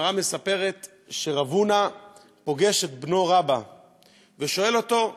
הגמרא מספרת שרב הונא פוגש את בנו רבה ושואל אותו: